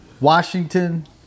Washington